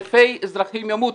אלפי אזרחים ימותו.